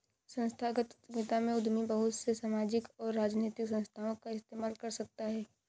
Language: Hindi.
संस्थागत उद्यमिता में उद्यमी बहुत से सामाजिक और राजनैतिक संस्थाओं का इस्तेमाल कर सकता है